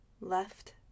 Left